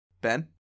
Ben